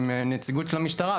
עם הנציגות של המשטרה.